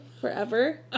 forever